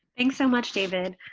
thanks so much, david.